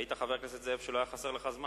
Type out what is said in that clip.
ראית, חבר הכנסת זאב, שלא היה חסר לך זמן?